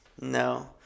no